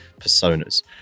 personas